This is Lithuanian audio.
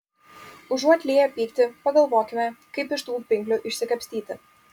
užuot lieję pyktį pagalvokime kaip iš tų pinklių išsikapstyti